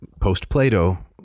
post-Plato